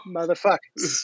Motherfuckers